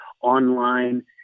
online